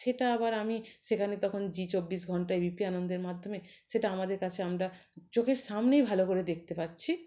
সেটা আবার আমি সেখানে তখন জি চব্বিশ ঘণ্টা এবিপি আনন্দের মাধ্যমে সেটা আমাদের কাছে আমরা চোখের সামনেই ভালো করে দেখতে পাচ্ছি